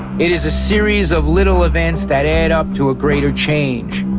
it is a series of little events that add up to a greater change.